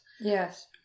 Yes